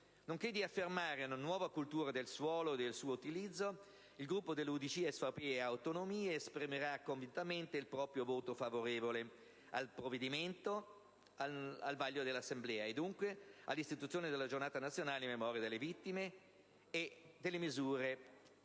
nonché di affermare una nuova cultura del suolo e del suo utilizzo, il Gruppo dell'Unione di Centro, SVP e Autonomie esprimerà pertanto convintamente il proprio voto favorevole al provvedimento al vaglio dell'Assemblea e dunque all'istituzione della Giornata nazionale in memoria delle vittime dei disastri